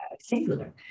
singular